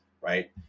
right